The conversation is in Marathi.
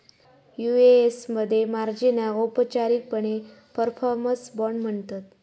यु.ए.एस मध्ये मार्जिनाक औपचारिकपणे परफॉर्मन्स बाँड म्हणतत